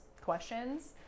questions